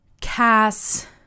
Cass